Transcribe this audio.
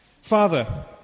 father